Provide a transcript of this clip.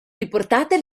riportate